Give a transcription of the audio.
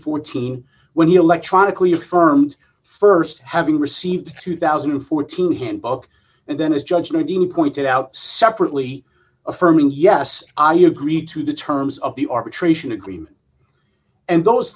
fourteen when you electronically affirmed st having received two thousand and fourteen handbook and then as judgment even pointed out separately affirming yes i agree to the terms of the arbitration agreement and those